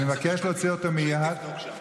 פגעת ביושב-ראש,